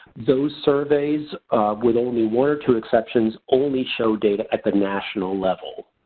those surveys with only one or two exceptions only show data at the national level.